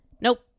nope